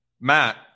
Matt